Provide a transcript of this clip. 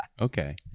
Okay